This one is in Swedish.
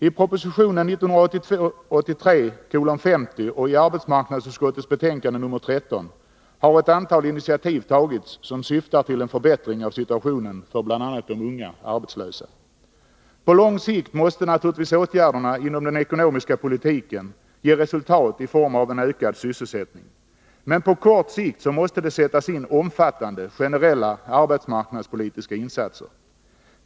I proposition 1982/83:50 och i arbetsmarknadsutskottets betänkande nr 13 har ett antal initiativ tagits som syftar till en förbättring av situationen för bl.a. de unga arbetslösa. På lång sikt måste naturligtvis åtgärderna inom den ekonomiska politiken ge resultat i form av ökad sysselsättning. Men på kort sikt måste det göras omfattande generella arbetsmarknadspolitiska insatser.